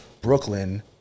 Brooklyn